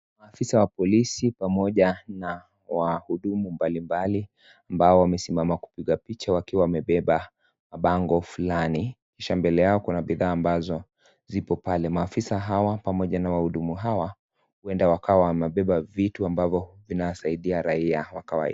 Maafisa wa polisi pamoja na wahudumu mbali mbali ambao wamesimama kupigwa picha wakiwa wamebeba mabango fulani. Kisha mbele yao kuna bidhaa ambazo zipo pale. Maafisa hao pamoja na wahudumu hawa huenda wakawa wamebeba vitu ambavyo vinawasaidia raia wa kawaida.